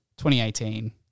2018